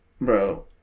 Bro